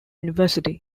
university